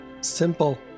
simple